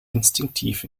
instinktiv